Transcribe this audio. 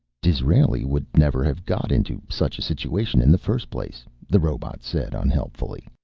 disraeli would never have got into such a situation in the first place, the robot said unhelpfully.